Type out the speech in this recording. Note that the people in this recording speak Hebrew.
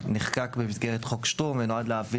נחקק במסגרת חוק שטרום ונועד להביא